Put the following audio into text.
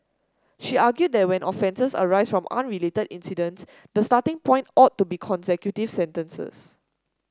she argued that when offences arise from unrelated incidents the starting point ought to be consecutive sentences